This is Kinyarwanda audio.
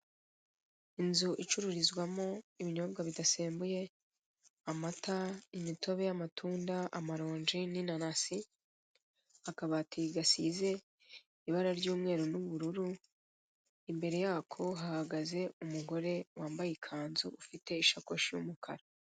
Inzu icururizwamo ibinyobwa bidasembuye amata, imitobe, amatunda, amaronji n'inanasi, akabati gasize ibara ry'umweru n'ubururu imbere yako hahagaze umugore wambaye ikanzu ufite isakoshi y'umukara.